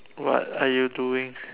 what are you doing